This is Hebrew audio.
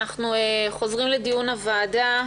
אנחנו חוזרים לדיון הוועדה,